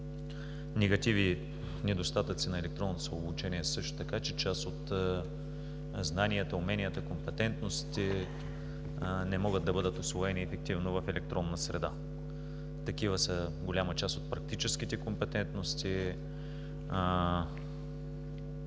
Негативите, недостатъците на електронното обучение са също така, че част от знанията, уменията, компетентностите не могат да бъдат усвоени ефективно в електронна среда. Такива са голяма част от практическите компетентности.